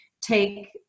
take